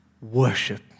worship